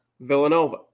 Villanova